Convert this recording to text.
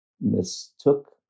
mistook